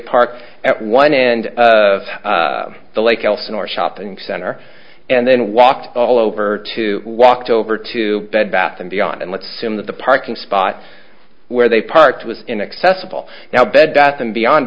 parked at one end of the lake elsinore shopping center and then walked all over to walked over to bed bath and beyond and let's zoom the parking spot where they parked was inaccessible now bed bath and beyond